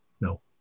no